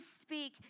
speak